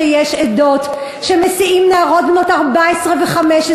שיש עדות שבהן משיאים נערות בנות 14 ו-15